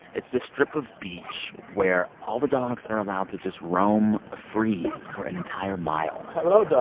it's this strip of beach where all the dogs are allowed to just roam free for an entire mile hello, dog